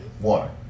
Water